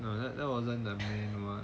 no that that wasn't the main [one]